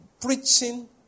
preaching